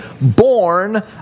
born